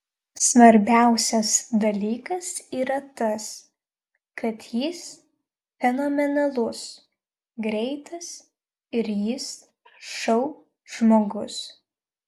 svarbiausias dalykas yra tas kad jis fenomenalus greitas ir jis šou žmogus